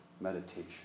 meditation